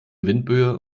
windböe